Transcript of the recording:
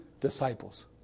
disciples